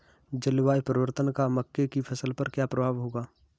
जलवायु परिवर्तन का मक्के की फसल पर क्या प्रभाव होगा?